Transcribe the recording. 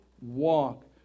walk